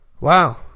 Wow